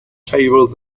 table